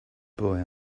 boy